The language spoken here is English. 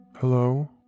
Hello